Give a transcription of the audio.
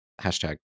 hashtag